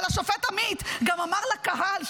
אבל השופט עמית גם אמר לקהל,